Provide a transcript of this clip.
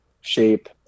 shape